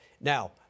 now